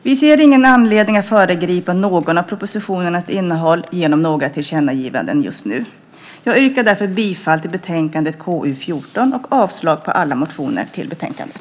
Vi ser ingen anledning att föregripa någon av propositionerna genom tillkännagivanden just nu. Jag yrkar därför bifall till utskottets förslag i betänkandet KU14 och avslag på alla motioner i betänkandet.